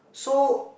so